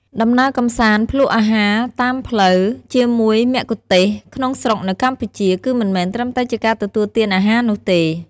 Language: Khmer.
ដំណើរកម្សាន្តភ្លក្សអាហារតាមផ្លូវជាមួយមគ្គុទ្ទេសក៍ក្នុងស្រុកនៅកម្ពុជា គឺមិនមែនត្រឹមតែជាការទទួលទានអាហារនោះទេ